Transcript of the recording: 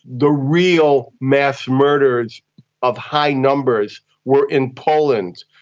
the real mass murders of high numbers were in poland.